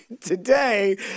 today